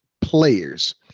players